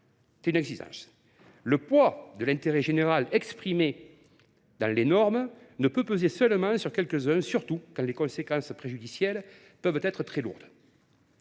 C’est une exigence : le poids de l’intérêt général exprimé dans les normes ne peut peser seulement sur quelques uns, surtout quand les conséquences préjudicielles peuvent être très lourdes.